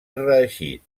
reeixit